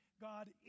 God